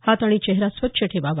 हात आणि चेहरा स्वच्छ ठेवावा